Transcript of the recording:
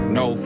no